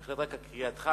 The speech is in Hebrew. לגבי קריאתך,